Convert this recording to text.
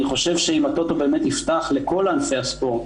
אני חושב שאם הטוטו באמת יפתח לכל ענפי הספורט,